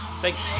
Thanks